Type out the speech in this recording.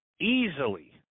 easily